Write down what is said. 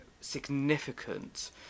significant